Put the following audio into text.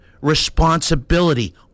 responsibility